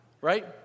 right